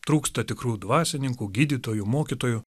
trūksta tikrų dvasininkų gydytojų mokytojų